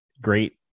Great